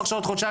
עכשיו,